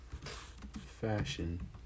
fashion